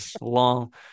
Long